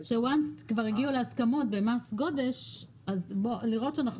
כי ברגע שכבר הגיעו להסכמות במס גודש אז לראות שאנחנו